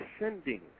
ascending